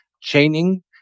chaining